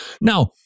Now